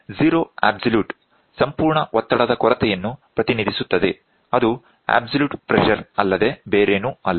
zero absolute ಸಂಪೂರ್ಣ ಒತ್ತಡದ ಕೊರತೆಯನ್ನು ಪ್ರತಿನಿಧಿಸುತ್ತದೆ ಅದು ಅಬ್ಸಲ್ಯೂಟ್ ಪ್ರೆಶರ್ ಅಲ್ಲದೆ ಬೇರೇನೂ ಅಲ್ಲ